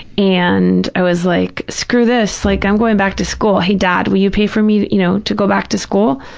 and i was like, screw this, like, i'm going back to school. hey, dad, will you pay for me, you know, to go back to school,